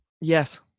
Yes